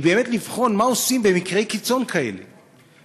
היא באמת לבחון מה עושים במקרי קיצון כאלה,